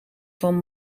van